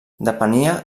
depenia